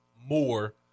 more